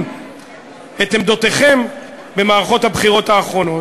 את עמדותיכם במערכות הבחירות האחרונות.